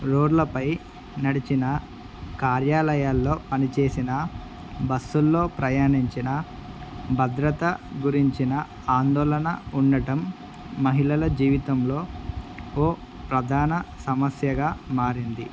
రోడ్లపై నడిచిన కార్యాలయాల్లో పనిచేసిన బస్సుల్లో ప్రయాణించిన భద్రత గురించిన ఆందోళన ఉండటం మహిళల జీవితంలో ఓ ప్రధాన సమస్యగా మారింది